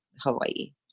Hawaii